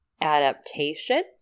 adaptation